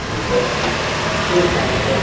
जी sir एक साल में सर